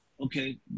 okay